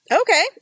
Okay